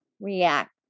react